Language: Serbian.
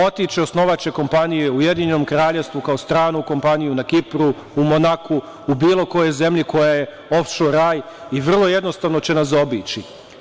Otići će, osnovaće kompanije u Ujedinjenom Kraljevstvu, kao stranu kompaniju na Kipru, u Monaku, u bilo kojoj zemlji koja je ofšor raj i vrlo jednostavno će nas zaobići.